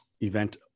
event